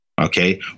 Okay